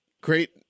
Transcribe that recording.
great